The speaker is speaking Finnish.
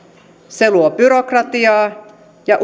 se luo byrokratiaa ja